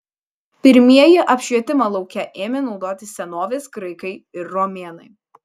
pirmieji apšvietimą lauke ėmė naudoti senovės graikai ir romėnai